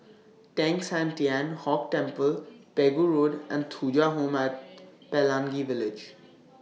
Teng San Tian Hock Temple Pegu Road and Thuja Home At Pelangi Village